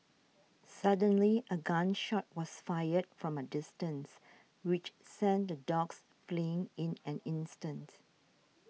suddenly a gun shot was fired from a distance which sent the dogs fleeing in an instant